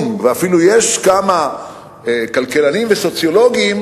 ואפילו יש כמה כלכלנים וסוציולוגים